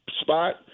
spot